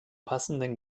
passenden